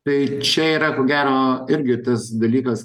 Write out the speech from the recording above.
tai čia yra ko gero irgi tas dalykas